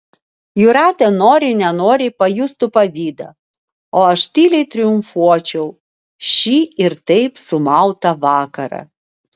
jūratė nori nenori pajustų pavydą o aš tyliai triumfuočiau šį ir taip sumautą vakarą